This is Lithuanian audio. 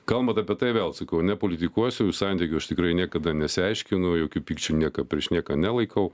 kalbant apie tai vėl sakau nepolitikuosiu santykių aš tikrai niekada nesiaiškinu jokių pykčių nieką prieš nieką nelaikau